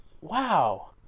wow